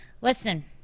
listen